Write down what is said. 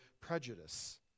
prejudice